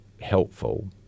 helpful